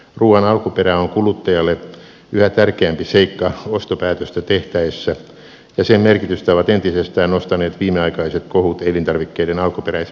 ruuan alkuperä on kuluttajalle yhä tärkeämpi seikka ostopäätöstä tehtäessä ja sen merkitystä ovat entisestään nostaneet viimeaikaiset kohut elintarvikkeiden alkuperämerkinnöistä